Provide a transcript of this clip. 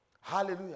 Hallelujah